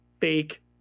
fake